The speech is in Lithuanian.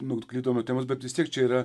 nuklydom nuo temos bet vis tiek čia yra